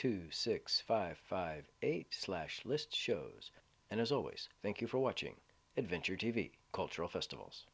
two six five five eight slash list shows and as always thank you for watching adventure t v cultural festivals